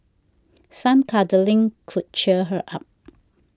some cuddling could cheer her up